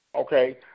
Okay